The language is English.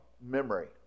memory